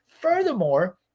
Furthermore